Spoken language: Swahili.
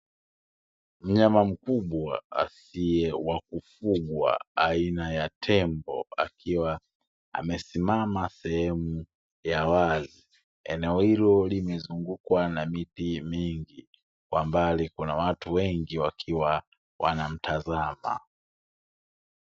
Mnyama mkubwa asiyewakufungwa aina ya tembo, akiwa amesimama sehemu ya wazi, eneo hilo limezungukwa na miti mingi kwa mbali kuna watu wengi wakiwa wanamtazama.